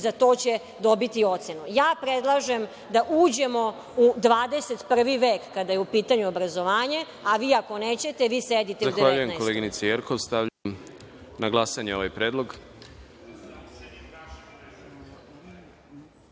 za to će dobiti ocenu. Predlažem da uđemo u 21. vek kada je u pitanju obrazovanje, a vi ako nećete vi sedite u 19.